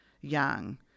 young